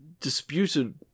disputed